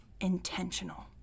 intentional